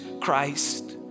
Christ